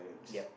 yup